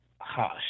Hush